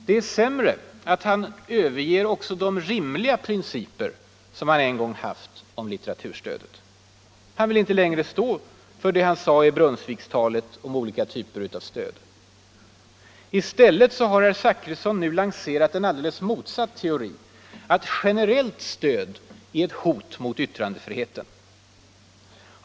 Det är sämre att han överger också de rimliga principer som han haft om litteraturstödet. Herr Zachrisson ville inte längre stå för för vad han sade i Brunnsvikstalet om olika former av stöd. I stället har herr Zachrisson lanserat en alldeles motsatt teori: generellt stöd är ett hot mot yttrandefriheten.